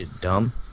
Dumb